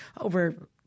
over